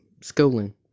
schooling